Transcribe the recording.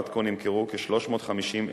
עד כה נמכרו כ-350,000